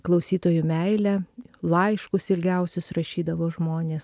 klausytojų meilę laiškus ilgiausius rašydavo žmonės